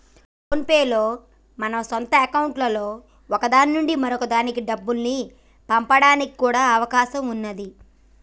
phone pay లో మన సొంత అకౌంట్లలో ఒక దాని నుంచి మరొక దానికి డబ్బుల్ని పంపడానికి కూడా అవకాశం ఉన్నాది